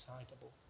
excitable